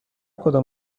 کدام